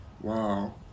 wow